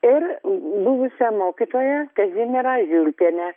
ir buvusią mokytoją kazimierą žiulkienę